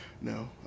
no